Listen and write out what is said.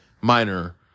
minor